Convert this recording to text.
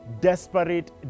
desperate